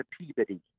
Peabody